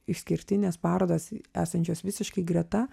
išskirtinės parodos esančios visiškai greta